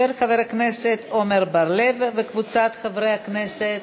של חבר הכנסת עמר בר-לב וקבוצת חברי הכנסת.